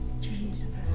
Jesus